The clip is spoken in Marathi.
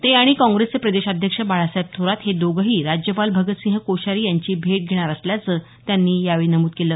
ते आणि काँग्रेसचे प्रदेशाध्यक्ष बाळासाहेब थोरात हे दोघंही राज्यपाल भगतसिंह कोश्यारी यांची भेट घेणार असल्याचं त्यांनी यावेळी नमुद केलं